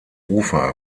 ufer